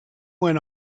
went